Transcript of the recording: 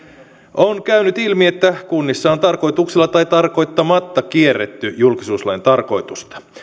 on käynyt ilmi että kunnissa on tarkoituksella tai tarkoittamatta kierretty julkisuuslain tarkoitusta